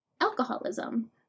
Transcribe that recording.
alcoholism